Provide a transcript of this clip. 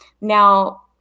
Now